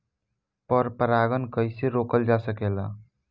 पर परागन कइसे रोकल जा सकेला?